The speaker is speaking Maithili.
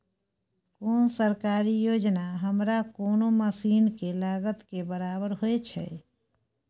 कोन सरकारी योजना हमरा कोनो मसीन के लागत के बराबर होय छै?